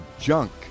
junk